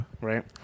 Right